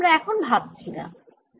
একে ফ্যারাডের খাঁচা বলেও ডাকা হয়